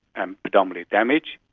and predominantly damage.